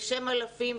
בשם אלפים,